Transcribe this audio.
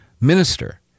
minister